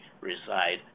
reside